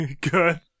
Good